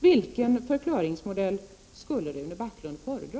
Vilken förklaringsmodell skulle Rune Backlund föredra?